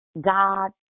God